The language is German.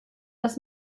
das